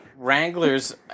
Wranglers